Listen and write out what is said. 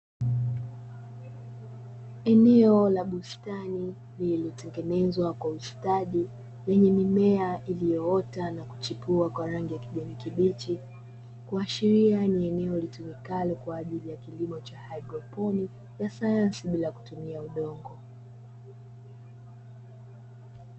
Eneo la bustani lilitengenezwa kwa ustadi lenye mimea iliyoota na kuchipua kwa rangi ya kijani kibichi, kuashiria ni eneo lililotumika kwa ajili ya kilimo cha haidroponi ya sayansi bila kutumia udongo.